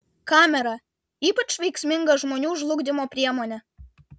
kamera ypač veiksminga žmonių žlugdymo priemonė